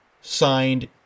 signed